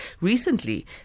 recently